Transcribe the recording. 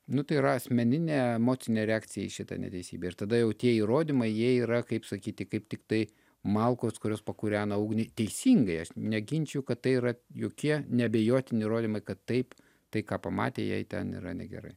nu tai yra asmeninė emocinė reakcija į šitą neteisybę ir tada jau tie įrodymai jie yra kaip sakyti kaip tiktai malkos kurios pakūrena ugnį teisingai aš neginčiju kad tai yra jokie neabejotini įrodymai kad taip tai ką pamatė jai ten yra negerai